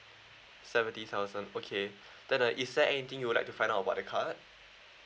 seventy thousand okay then uh is there anything you would like to find out about the card